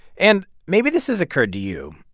and maybe this has occurred to you.